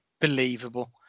believable